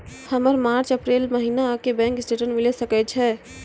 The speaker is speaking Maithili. हमर मार्च अप्रैल महीना के बैंक स्टेटमेंट मिले सकय छै?